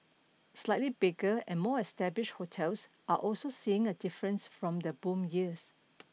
slightly bigger and more established hotels are also seeing a difference from the boom years